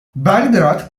belgrad